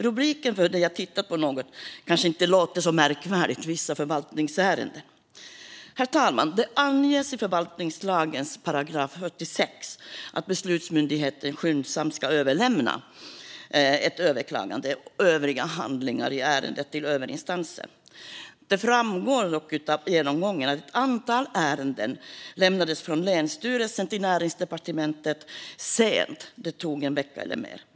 Rubriken för det jag har tittat på kanske inte låter så märkvärdig: Vissa förvaltningsärenden. Herr talman! Det anges i förvaltningslagens 46 § att beslutsmyndigheten skyndsamt ska överlämna ett överklagande och övriga handlingar i ärendet till överinstansen. Det framgår dock av genomgången att ett antal ärenden lämnats från länsstyrelsen till Näringsdepartementet sent; det tog en vecka eller mer.